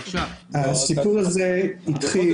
הסיפור הזה התחיל,